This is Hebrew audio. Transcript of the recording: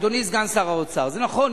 אדוני סגן שר האוצר: זה נכון,